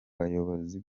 buyobozi